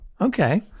okay